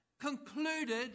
concluded